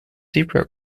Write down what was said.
zebra